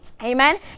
Amen